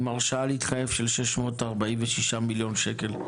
עם הרשאה להתחייב של 646 מיליון שקל.